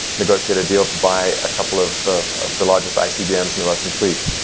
negotiate a deal to buy a couple of the largest icbms in the russian fleet.